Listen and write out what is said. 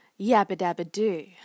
Yabba-dabba-doo